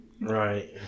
Right